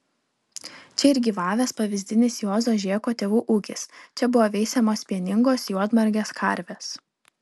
čia ir gyvavęs pavyzdinis juozo žėko tėvų ūkis čia buvo veisiamos pieningos juodmargės karvės